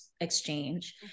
exchange